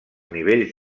nivells